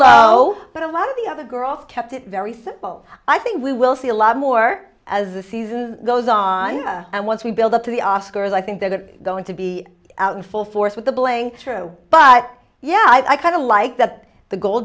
lo but a lot of the other girls kept it very simple i think we will see a lot more as the season goes on and once we build up to the oscars i think that are going to be out in full force with the bling but yeah i kind of like that the go